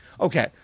okay